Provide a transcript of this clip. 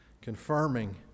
confirming